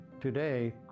Today